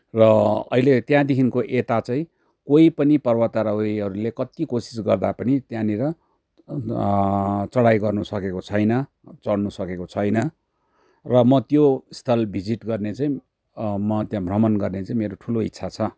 र अहिले त्यहाँदेखिको यता चाहिँ कोही पनि पर्वतारोहीहरूले कति कोसिस गर्दा पनि त्यहाँनिर चढाइ गर्नु सकेको छैन चढ्नु सकेको छैन र म त्यो स्थल भिजिट गर्ने चाहिँ म त्यहाँ भ्रमण गर्ने चाहिँ मेरो ठुलो इच्छा छ